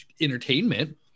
entertainment